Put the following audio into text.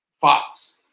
Fox